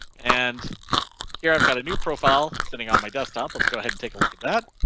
and here i've got a new profile sitting on my desktop, let's go ahead and take a look at that.